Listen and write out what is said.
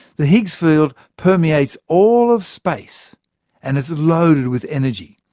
the higgs field permeates all of space and it's loaded with energy.